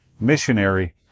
missionary